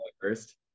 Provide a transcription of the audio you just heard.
first